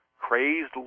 crazed